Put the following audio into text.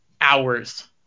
hours